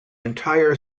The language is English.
entire